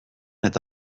eta